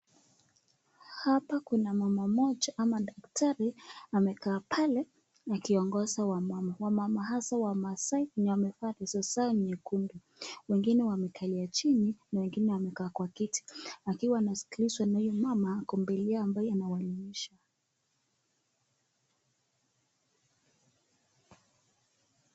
Hapa Kuna mama moja ama daktari amekaa pale akiongosa wamama hasa ni wamasaai wengine wamekaa chini na wengine wamekaa Kwa kitiakiwa anasikiliswa na huyu mama ako mbele yahoo anawahelimisha.